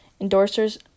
endorsers